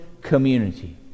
community